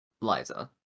Liza